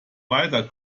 weiter